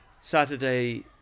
Saturday